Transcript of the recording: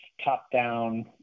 top-down